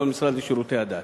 לא למשרד לשירותי הדת.